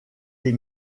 les